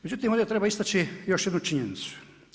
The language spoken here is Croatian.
Međutim ovdje treba istači još jednu činjenicu.